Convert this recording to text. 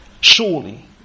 surely